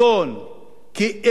כל מה שאתה רוצה,